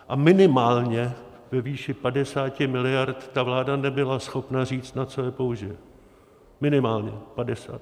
A minimálně ve výši 50 mld. vláda nebyla schopna říct, na co je použije, minimálně 50.